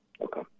Okay